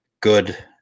good